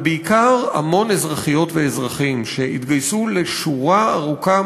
אבל בעיקר המון אזרחיות ואזרחים התגייסו לשורה ארוכה